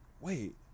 wait